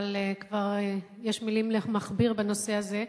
אבל יש כבר מלים למכביר בנושא הזה,